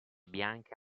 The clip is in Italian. bianche